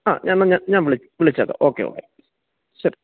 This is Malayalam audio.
ആ എന്നാൽ ഞാൻ ഞാൻ വിളിച്ചേക്കാം ഓക്കെ യോക്കെ ശരി